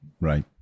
Right